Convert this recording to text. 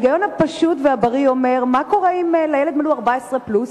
ההיגיון הפשוט והבריא אומר: מה קורה אם לילד מלאו 14 פלוס,